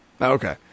Okay